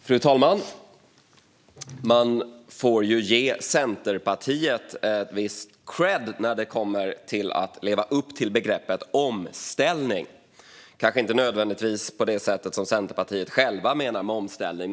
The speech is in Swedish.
Fru talman! Man får ge Centerpartiet viss kredd när det kommer till att leva upp till begreppet omställning, men kanske inte nödvändigtvis på det sätt som Centerpartiet själva menar med omställning.